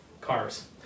cars